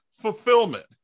Fulfillment